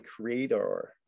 Creator